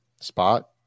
spot